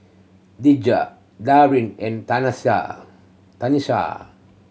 Dejah Darin and Tanesha